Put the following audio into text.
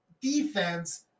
defense